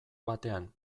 batean